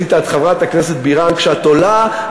חבר הכנסת רוזנטל, מכסת קריאות